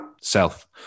self